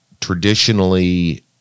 traditionally